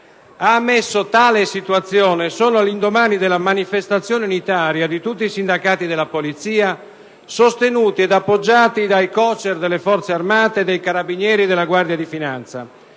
Ha ammesso tale situazione solo all'indomani della manifestazione unitaria di tutti i sindacati della polizia, sostenuti ed appoggiati dai COCER delle Forze armate, dei Carabinieri e della Guardia di finanza.